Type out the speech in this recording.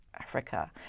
Africa